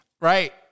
Right